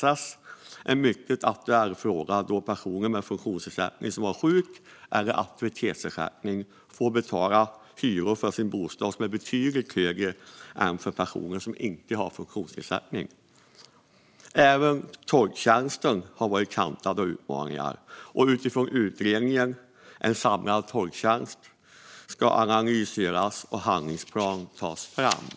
Det är en mycket aktuell fråga då en person med funktionsnedsättning som har sjuk eller aktivitetsersättning får betala en betydligt högre hyra för sin bostad än en person som inte har någon funktionsnedsättning. Även tolktjänsten har varit kantad av utmaningar, och utifrån utredningen En samlad tolktjänst ska en analys göras och en handlingsplan tas fram.